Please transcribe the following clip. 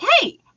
hey